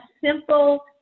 simple